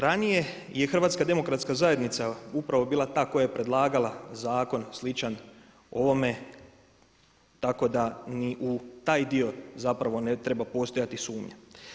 Ranije je Hrvatska demokratska zajednica upravo bila ta koja je predlagala zakon sličan ovome, tako da ni u taj dio zapravo ne treba postojati sumnja.